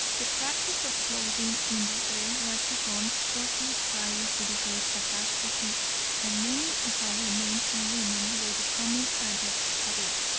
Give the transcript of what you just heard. the practice of floating in the air was begun shortly prior to the great catastrophe and many of our men and women were becoming adepts at it.